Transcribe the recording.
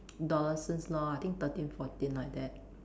adolescence lor I think thirteen fourteen like that